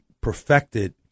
perfected